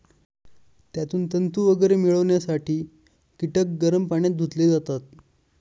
त्यातून तंतू वगैरे मिळवण्यासाठी कीटक गरम पाण्यात धुतले जातात